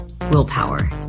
willpower